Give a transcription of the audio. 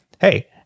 Hey